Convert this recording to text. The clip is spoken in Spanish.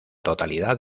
totalidad